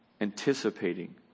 anticipating